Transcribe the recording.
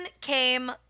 came